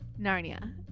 Narnia